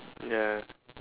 ya